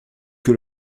que